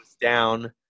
Down